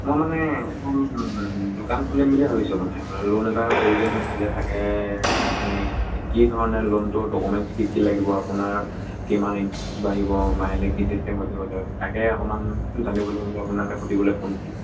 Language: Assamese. মই মানে এখন দোকান খুলিম বুলি ভাবিছোঁ মানে লোন এটাৰ প্ৰয়োজন হৈছিলে তাকে আপুনি কি ধৰণে লোনটো ডকুমেণ্টছ কি কি লাগিব আপোনাৰ কিমান ইণ্টাৰেষ্ট বাঢ়িব মাহিলী কি চিষ্টেমত দিব লাগিব তাকে অকণমান জানিবলৈ বুলি আপোনালৈ সুধিবলৈ ফোন কৰিলোঁ